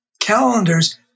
calendars